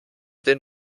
den